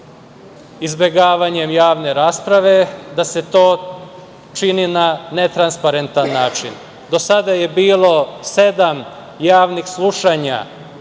izbegavanjem javne rasprave, da se to čini na netransparentan način. Do sada je bilo sedam javnih slušanja